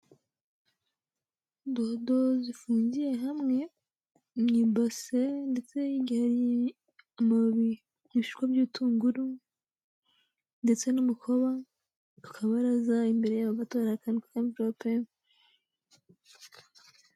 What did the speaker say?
Dodo zifungiye hamwe mu ibase, ndetse hirya hari amababi y'ibishishwa by'ibitunguru, ndetse n'umukoba ku kabaraza, imbere y'aho gato hari akantu kari muri mvirope.